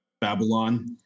Babylon